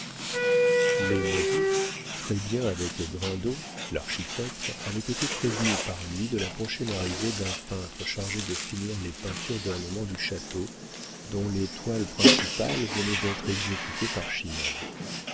les moreau très bien avec grindot l'architecte avaient été prévenus par lui de la prochaine arrivée d'un peintre chargé de finir les peintures d'ornement du château dont les toiles principales venaient d'être exécutées par